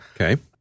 Okay